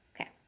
Okay